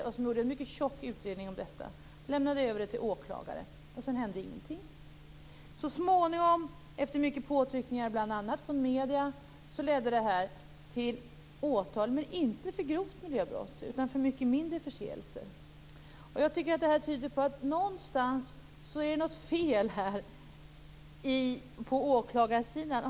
De gjorde en mycket tjock utredning om detta och överlämnade den till åklagare. Sedan hände ingenting. Så småningom - efter många påtryckningar bl.a. från medierna - ledde fallet till åtal, men inte för grovt miljöbrott utan för mycket mindre förseelser. Jag tycker att det här tyder på att det någonstans är något fel på åklagarsidan.